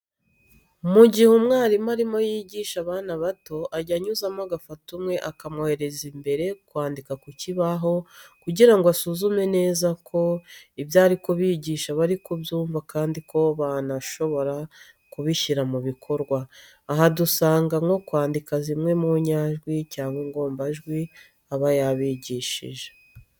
Mu gihe umwarimu arimo yigisha abana bato ajya anyuzamo agafata umwe akamwohereza imbere kwandika ku kibaho, kugira ngo asuzume neza ko ibyo ari kubigisha bari kubyumva kandi ko banashobora kubishyira mubikorwa. Aha dusangamo nko kwandinka z'imwe mu nyajwi cyangwa ingombajwi aba yabigishije.